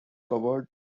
covered